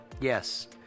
Yes